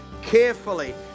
Carefully